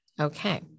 Okay